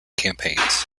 campaigns